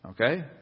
Okay